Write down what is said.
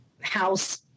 house